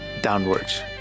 downwards